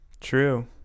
True